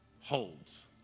holds